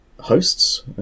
hosts